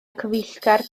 cyfeillgar